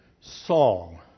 Song